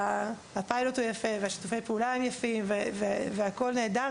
הפיילוט הוא יפה ושיתופי הפעולה הם יפים והכול נהדר,